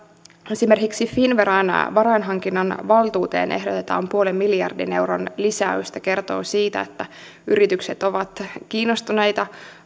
esimerkiksi finnveran varainhankinnan valtuuteen ehdotetaan puolen miljardin euron lisäystä kertoo siitä että yritykset ovat kiinnostuneita